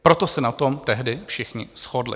Proto se na tom tehdy všichni shodli.